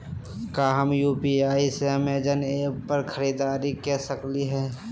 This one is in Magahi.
का हम यू.पी.आई से अमेजन ऐप पर खरीदारी के सकली हई?